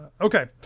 Okay